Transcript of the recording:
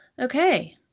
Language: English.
Okay